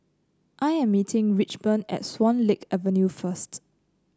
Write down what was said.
I am meeting Richmond at Swan Lake Avenue first